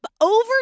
over